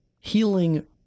healing